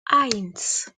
eins